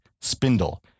Spindle